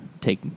take